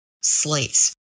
slates